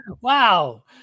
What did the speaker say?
Wow